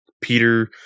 Peter